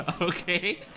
okay